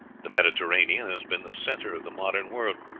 the mediterranean has been the centre of the modern world,